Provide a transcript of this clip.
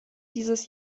dieses